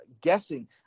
guessing